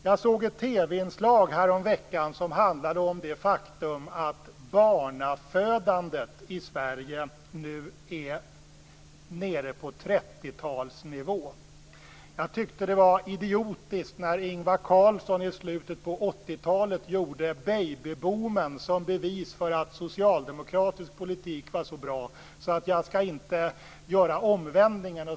Jag såg ett TV-inslag häromveckan som handlade om det faktum att barnafödandet i Sverige nu är nere på 30-talsnivå. Jag tyckte det var idiotiskt när Ingvar Carlsson i slutet på 80-talet gjorde baby-boomen till bevis för att socialdemokratisk politik var så bra, så jag skall inte göra det omvända.